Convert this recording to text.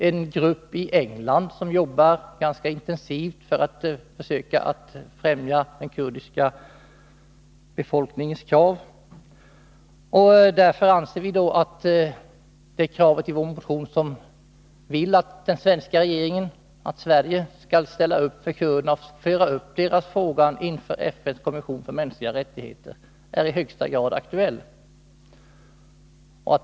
En grupp i England jobbar ganska intensivt för att främja den kurdiska befolkningens krav. Därför anser vi att kravet i vår motion att Sverige skall engagera sig för kurderna och föra upp deras fråga inför FN:s kommission för mänskliga rättigheter är i högsta grad aktuellt.